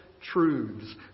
truths